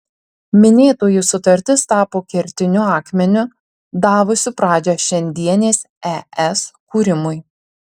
minėtoji sutartis tapo kertiniu akmeniu davusiu pradžią šiandienės es kūrimui